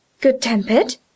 Good-tempered